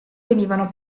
venivano